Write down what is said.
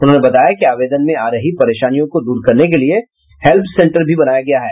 उन्होंने बताया कि आवेदन में आ रही परेशानियों को दूर करने के लिए हेल्प सेंटर भी बनाया गया है